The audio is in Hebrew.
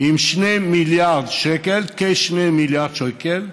עם 2 מיליארד שקל, כ-2 מיליארד שקל,